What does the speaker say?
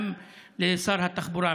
גם לשר התחבורה,